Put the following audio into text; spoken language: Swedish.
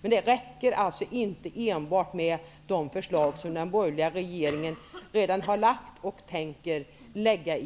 Men det räcker inte med enbart de förslag som den borgerliga regeringen redan har lagt fram och snabbt tänker lägga